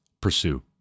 pursue